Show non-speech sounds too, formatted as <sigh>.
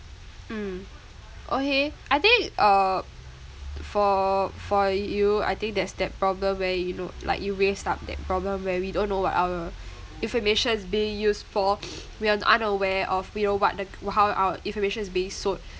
mm okay I think uh for for you I think there's that problem where you know like you raised up that problem where we don't know what our information is being used for <breath> we're unaware of you know what the how our information is being sold